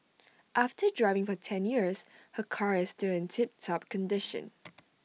after driving for ten years her car is still in tip top condition